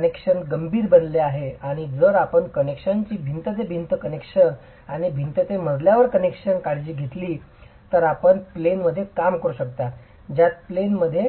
connection गंभीर बनले आहेत आणि जर आपण कनेक्शनची भिंत ते भिंत कनेक्शन आणि भिंत ते मजल्यावरील कनेक्शनची काळजी घेतली तर आपण प्लेन मध्ये काम करू शकता ज्यात प्लेन मध्ये